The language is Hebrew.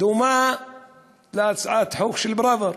דומה להצעת החוק של פראוור?